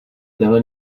téhle